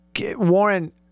Warren